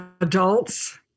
adults